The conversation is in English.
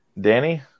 Danny